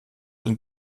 und